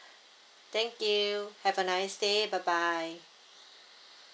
thank you have a nice day bye bye